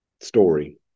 story